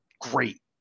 great